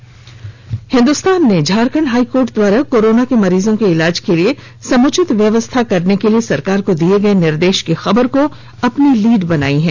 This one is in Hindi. वहीं हिन्दुस्तान ने झारखंड हाई कोर्ट द्वारा कोरोना के मरीजों के इलाज के लिए समुचित व्यवस्था करने के लिए सरकार को दिये गये निर्देश की खबर को अपनी लीड बनाई है